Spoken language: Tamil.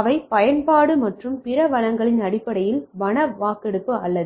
அவை பயன்பாடு மற்றும் பிற வளங்களின் அடிப்படையில் வள வாக்கெடுப்பு அல்ல